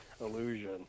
illusion